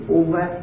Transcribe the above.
over